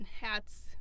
hats